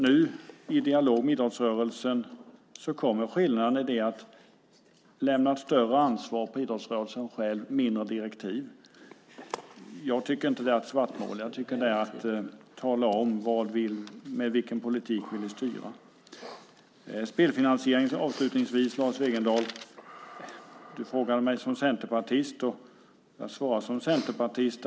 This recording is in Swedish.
Nu, i dialog med idrottsrörelsen, kommer skillnaden i det att idrottsrörelsen själv lämnas ett större ansvar och det blir mindre direktiv. Jag tycker inte att det är att svartmåla; jag tycker att det är att tala om med vilken politik vi vill styra. När det avslutningsvis gäller spelfinansieringen ställer Lars Wegendal frågor till mig som centerpartist, och jag svarar också som centerpartist.